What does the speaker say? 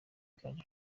gaju